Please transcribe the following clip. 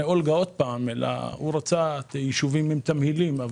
אולגה אלא הוא רצה את היישובים עם תמהילים.